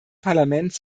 parlament